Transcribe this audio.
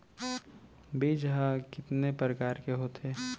बीज ह कितने प्रकार के होथे?